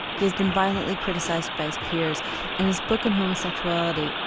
he's been violently criticised by his peers and his book on homosexuality,